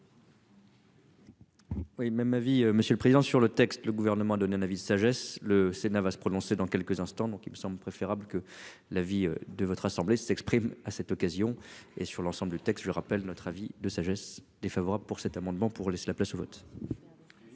Oui même avis monsieur le président sur le texte, le gouvernement a donné un avis de sagesse. Le Sénat va se prononcer dans quelques instants. Donc il me semble préférable que la vie de votre assemblée s'exprime à cette occasion et sur l'ensemble du texte. Je rappelle notre avis de sagesse défavorable pour cet amendement pour laisser la place au vote.